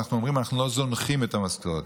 אנחנו אומרים שאנחנו לא זונחים את המסורת.